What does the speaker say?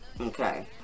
Okay